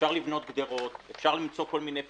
אפשר לבנות גדרות, אפשר למצוא כל מיני פתרונות.